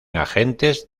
agentes